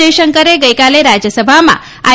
જયશંકરે ગઈકાલે રાજ્યસભામાં આઇ